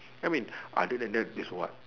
I mean other that this what